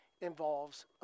involves